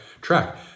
track